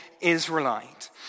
Israelite